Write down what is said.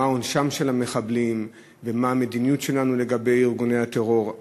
מה עונשם של המחבלים ומה המדיניות שלנו לגבי ארגוני הטרור.